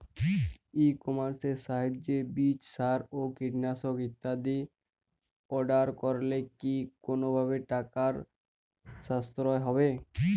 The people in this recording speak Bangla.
ই কমার্সের সাহায্যে বীজ সার ও কীটনাশক ইত্যাদি অর্ডার করলে কি কোনোভাবে টাকার সাশ্রয় হবে?